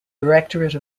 directorate